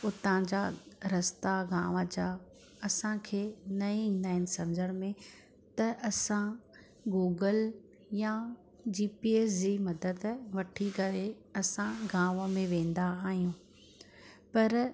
उतां जा रस्ता गांव जा असांखे न ईंदा आहिनि सम्झिण में त असां गूगल या जी पी एस जी मदद वठी करे असां गांव में वेंदा आयूं पर